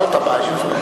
זאת הבעיה.